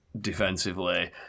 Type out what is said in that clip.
defensively